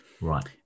Right